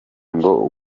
ngo